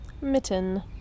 Mitten